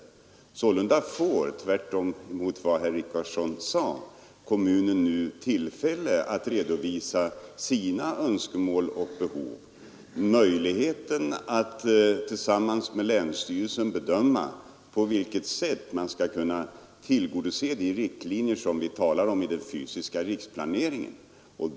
Sålunda får — tvärtemot vad herr Richardson sade — kommunen nu tillfälle att redovisa sina önskemål och behov, och kommunen får möjlighet att tillsammans med länsstyrelsen bedöma på vilket sätt man skall kunna tillämpa de riktlinjer som vi talar om i den fysiska riksplaneringen.